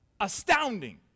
astounding